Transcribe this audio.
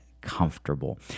comfortable